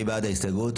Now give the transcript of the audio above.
מי בעד קבלת ההסתייגות?